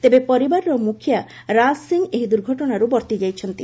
ତେବେ ପରିବାରର ମୁଖିଆ ରାଜ୍ ସିଂହ ଏହି ଦୁର୍ଘଟଣାରୁ ବର୍ତ୍ତି ଯାଇଛନ୍ତି